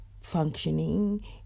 functioning